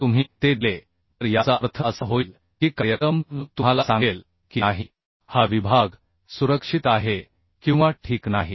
जर तुम्ही ते दिले तर याचा अर्थ असा होईल की कार्यक्रम तुम्हाला सांगेल की नाही हा विभाग सुरक्षित आहे किंवा ठीक नाही